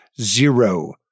zero